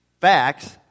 Facts